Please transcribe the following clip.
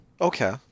Okay